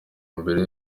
mbere